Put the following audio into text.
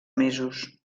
mesos